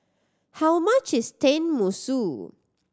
how much is Tenmusu